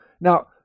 now